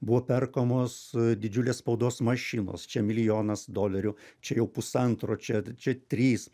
buvo perkamos didžiulės spaudos mašinos čia milijonas dolerių čia jau pusantro čia čia trys